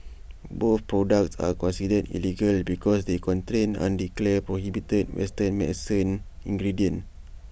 both products are considered illegal because they contain undeclared prohibited western medicinal ingredients